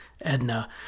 Edna